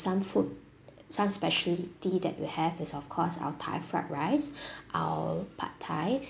some food some speciality that will have is of course our thai fried rice our pad thai